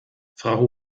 frau